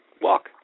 Walk